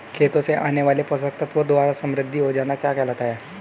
खेतों से आने वाले पोषक तत्वों द्वारा समृद्धि हो जाना क्या कहलाता है?